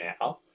now